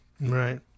Right